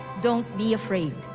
don't be afraid.